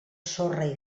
sorra